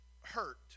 hurt